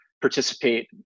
participate